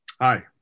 Hi